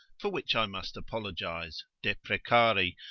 for which i must apologise, deprecari,